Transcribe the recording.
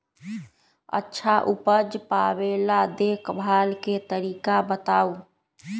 अच्छा उपज पावेला देखभाल के तरीका बताऊ?